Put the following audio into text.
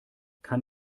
kann